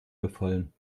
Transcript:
befallen